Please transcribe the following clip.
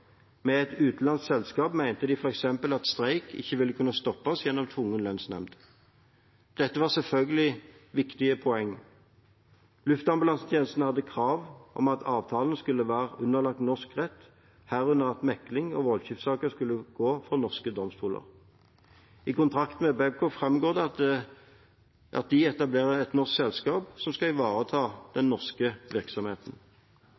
Med et utenlandsk selskap mente de f.eks. at en streik ikke ville kunne stoppes gjennom tvungen lønnsnemnd. Dette var selvfølgelig et viktig poeng. Luftambulansetjenesten hadde krav om at avtalene skulle være underlagt norsk rett, herunder at mekling og voldgiftssaker skulle gå for norske domstoler. I kontrakten med Babcock framgår det at de etablerer et norsk selskap som skal ivareta